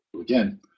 Again